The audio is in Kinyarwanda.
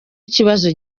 ikibazo